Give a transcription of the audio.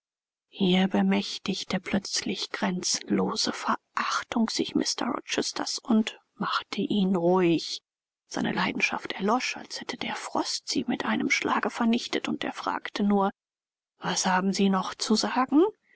hier bemächtigte plötzlich grenzenlose verachtung sich mr rochesters und machte ihn ruhig seine leidenschaft erlosch als hätte der frost sie mit einem schlage vernichtet und er fragte nur was haben sie noch zu sagen